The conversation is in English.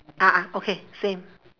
ah ah okay same